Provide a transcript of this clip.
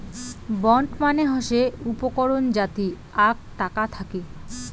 bond মানে হসে উপকরণ যাতি আক টাকা থাকি